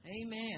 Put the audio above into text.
Amen